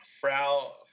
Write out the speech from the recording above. Frau